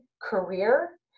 career